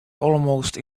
almost